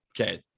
Okay